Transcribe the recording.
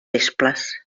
nesples